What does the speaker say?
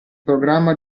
programma